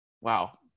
wow